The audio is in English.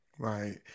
Right